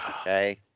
Okay